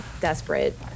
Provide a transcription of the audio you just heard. desperate